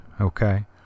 okay